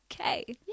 okay